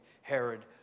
Herod